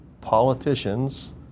politicians